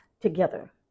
together